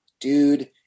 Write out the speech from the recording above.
dude